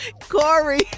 Corey